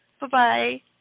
Bye-bye